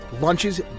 Lunches